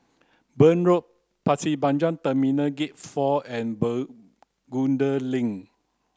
Burn Road Pasir Panjang Terminal Gate four and Bencoolen Link